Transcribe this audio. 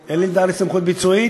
ממשלה, אין לי סמכות ביצועית.